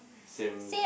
same